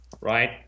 right